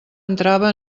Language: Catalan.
entrava